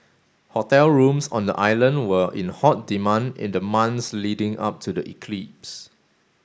hotel rooms on the island were in hot demand in the months leading up to the eclipse